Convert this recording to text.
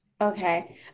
Okay